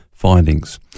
Findings